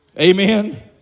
Amen